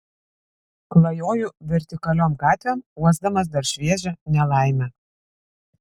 klajoju vertikaliom gatvėm uosdamas dar šviežią nelaimę